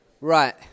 Right